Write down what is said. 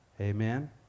Amen